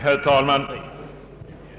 Herr talman!